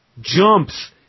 Jumps